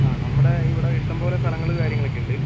ആ നമ്മുടെ ഇവിടെ ഇഷ്ടംപോലെ സ്ഥലങ്ങൾ കാര്യങ്ങൾ ഒക്കെ ഉണ്ട്